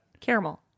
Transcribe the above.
caramel